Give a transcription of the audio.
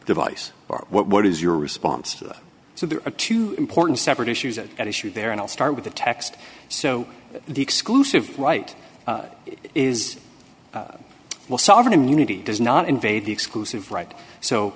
device or what is your response so there are two important separate issues that at issue there and i'll start with the text so the exclusive right is well sovereign immunity does not invade the exclusive right so